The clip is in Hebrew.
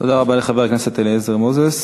תודה רבה לחבר הכנסת אליעזר מוזס.